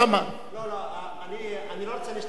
לא, לא, אני לא רוצה להשתמש ולעלות,